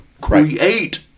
create